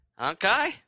Okay